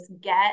get